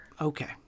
Okay